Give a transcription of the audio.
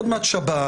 עוד מעט שבת,